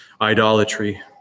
idolatry